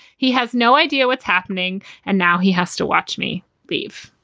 he has no idea what's happening and now he has to watch me leave.